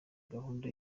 gahunda